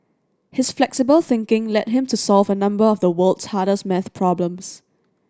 his flexible thinking led him to solve a number of the world's hardest math problems